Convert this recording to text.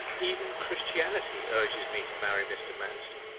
even christianity urges me to marry mr. manston